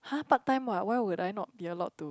!huh! part time [what] why would I not be allowed to